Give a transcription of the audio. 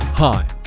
Hi